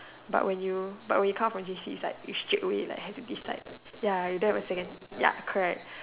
but when you but when you come for J_C it's like you straight away like have to decide ya you don't have a second ya correct